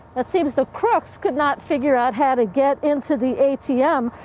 it seems the crops could not figure out how to get into the atm.